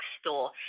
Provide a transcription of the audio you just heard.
store